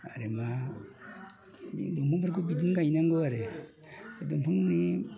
आरो मा दंफांफोरखौ बिदिनो गायनांगौ आरो दंफां ए